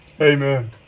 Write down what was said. Amen